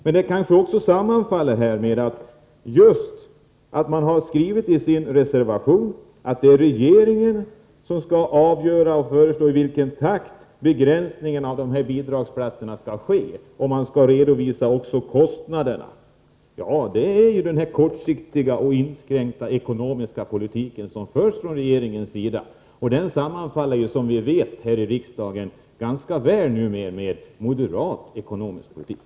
Men detta förhållande sammanfaller ju med att det står i reservationen att det är regeringen som skall avgöra och föreslå i vilken takt begränsningen av bidragsplatserna skall genomföras och redovisa kostnaderna för detta. Ja, detta är ju exempel på den kortsiktiga och inskränkta ekonomiska politik som förs av regeringen, och den sammanfaller, som vi vet här i riksdagen, ganska väl med moderat ekonomisk politik.